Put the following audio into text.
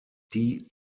die